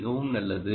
மிகவும் நல்லது